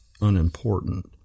unimportant